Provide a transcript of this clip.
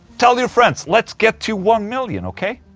tell your friends, let's get to one million, ok?